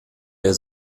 der